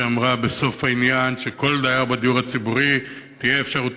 שאמרה בסוף העניין שלכל דייר בדיור הציבורי תהיה אפשרות